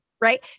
right